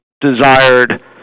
desired